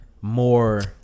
more